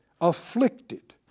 afflicted